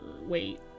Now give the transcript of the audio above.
wait